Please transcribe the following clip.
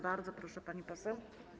Bardzo proszę, pani poseł.